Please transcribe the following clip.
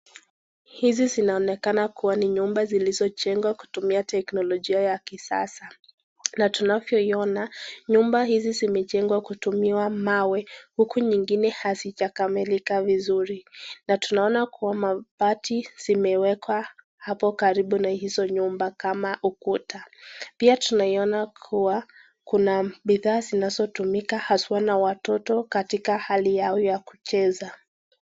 Hizi zinaonekana kuwa ni nyumba zilizojengwa kutumia teknologia ya kisasa , na tunavyoona , nyumba hizi zimejengwa kutumiwa mawe, huku zingine hazijakamilika vizuri. Na tunaona kuwa mabati zimewekwa hapo karibu na hizo nyumba kama ukuta. Pia tunaiona kuwa kuna bidhaa zinazotumika haswa na watoto katika hali yao ya kucheza.